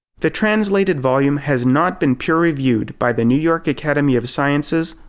the translated volume has not been peer-reviewed by the new york academy of sciences,